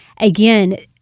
Again